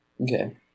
Okay